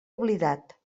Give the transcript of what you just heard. oblidat